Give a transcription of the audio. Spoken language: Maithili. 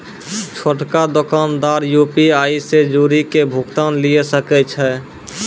छोटका दोकानदार यू.पी.आई से जुड़ि के भुगतान लिये सकै छै